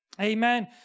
Amen